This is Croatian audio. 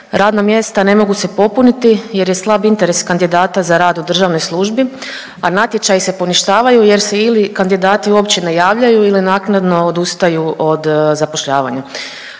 radna mjesta ne mogu se popuniti jer je slab interes kandidata za rad u državnoj službi, a natječaji se poništavaju jer se ili kandidati uopće ne javljaju ili naknadno odustaju od zapošljavanja.